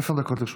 עשר דקות לרשותך.